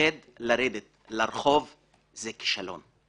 מפחדים לרדת לרחוב זה כישלון.